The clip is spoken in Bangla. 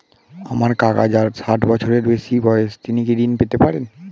আমার কাকা যার ষাঠ বছরের বেশি বয়স তিনি কি ঋন পেতে পারেন?